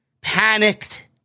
panicked